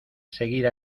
seguir